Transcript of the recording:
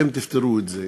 אתם תפתרו את זה,